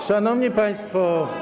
Szanowni Państwo!